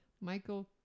Michael